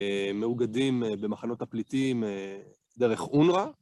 מאוגדים במחנות הפליטיים דרך אונר"א.